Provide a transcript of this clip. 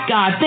God